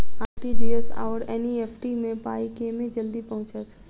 RTGS आओर NEFT मे पाई केँ मे जल्दी पहुँचत?